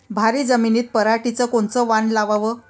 भारी जमिनीत पराटीचं कोनचं वान लावाव?